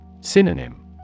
Synonym